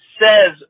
says